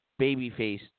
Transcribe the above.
babyface